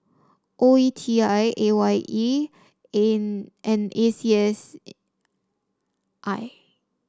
O E T I A Y E and A C S I